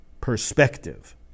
perspective